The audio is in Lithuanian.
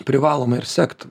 privalome ir sekt